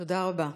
תודה רבה.